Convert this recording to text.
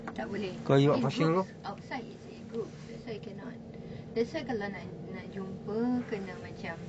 tak boleh eight groups is eight groups that's why you cannot that's why kalau nak jumpa kena macam